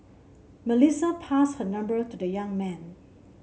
Melissa passed her number to the young man